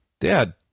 Dad